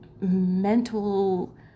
mental